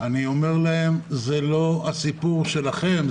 אני אומר להם: זה לא הסיפור שלכם,